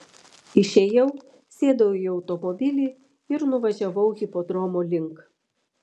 išėjau sėdau į automobilį ir nuvažiavau hipodromo link